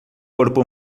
corpo